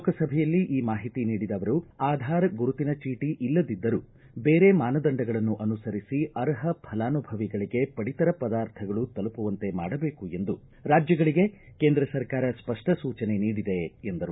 ಲೋಕಸಭೆಯಲ್ಲಿ ಈ ಮಾಹಿತಿ ನೀಡಿದ ಅವರು ಆಧಾರ್ ಗುರುತಿನ ಚೀಟಿ ಇಲ್ಲದಿದ್ದರೂ ಬೇರೆ ಮಾನದಂಡಗಳನ್ನು ಅನುಸರಿಸಿ ಅರ್ಹ ಫಲಾನುಭವಿಗಳಿಗೆ ಪಡಿತರ ಪದಾರ್ಥಗಳು ತಲುಪುವಂತೆ ಮಾಡಬೇಕು ಎಂದು ರಾಜ್ಯಗಳಿಗೆ ಕೇಂದ್ರ ಸರ್ಕಾರ ಸ್ಪಷ್ಟ ಸೂಚನೆ ನೀಡಿದೆ ಎಂದರು